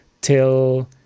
till